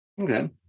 Okay